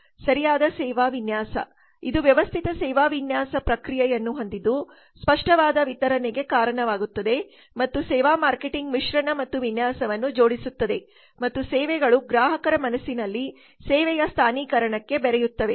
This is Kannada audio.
ಸರಿಯಾದ ಸೇವಾ ವಿನ್ಯಾಸ ಇದು ವ್ಯವಸ್ಥಿತ ಸೇವಾ ವಿನ್ಯಾಸ ಪ್ರಕ್ರಿಯೆಯನ್ನು ಹೊಂದಿದ್ದು ಸ್ಪಷ್ಟವಾದ ವಿತರಣೆಗೆ ಕಾರಣವಾಗುತ್ತದೆ ಮತ್ತು ಸೇವಾ ಮಾರ್ಕೆಟಿಂಗ್ ಮಿಶ್ರಣ ಮತ್ತು ವಿನ್ಯಾಸವನ್ನು ಜೋಡಿಸುತ್ತದೆ ಮತ್ತು ಸೇವೆಗಳು ಗ್ರಾಹಕರ ಮನಸ್ಸಿನಲ್ಲಿ ಸೇವೆಯ ಸ್ಥಾನೀಕರಣಕ್ಕೆ ಬೆರೆಯುತ್ತವೆ